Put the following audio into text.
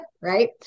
right